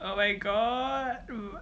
oh my god